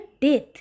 death